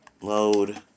Load